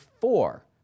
four